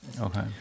okay